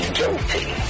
guilty